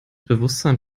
bewusstsein